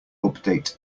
update